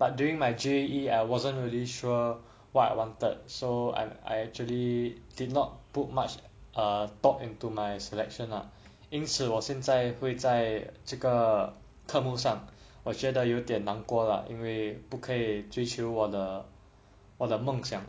but during my J_A_E I wasn't really sure what I wanted so I I actually did not put much uh thought into my selection lah 因此我现在会在这个科目上我觉得有点难过因为不可以追求我的梦想